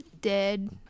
dead